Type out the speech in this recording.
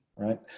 right